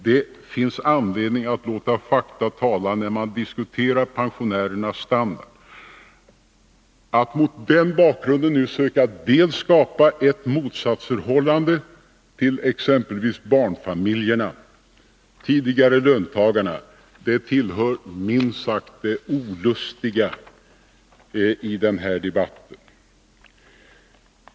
Det finns anledning att låta fakta tala när man diskuterar pensionärernas standard. Att mot denna bakgrund nu söka skapa ett motsatsförhållande mellan pensionärerna och exempelvis barnfamiljerna — tidigare löntagarna — tillhör minst sagt det olustiga i denna debatt.